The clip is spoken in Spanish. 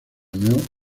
unión